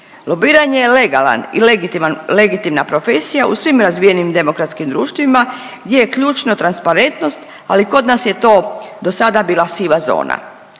Lobiranje je legalan i legitiman, legitimna profesija u svim razvijenim demokratskim društvima gdje je ključna transparentnost, ali kod nas je to dosada bila siva zona.